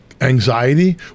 Anxiety